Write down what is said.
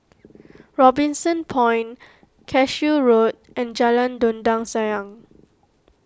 Robinson Point Cashew Road and Jalan Dondang Sayang